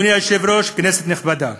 אדוני היושב-ראש, כנסת נכבדה,